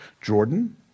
Jordan